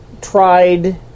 tried